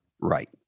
Right